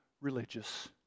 religious